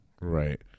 Right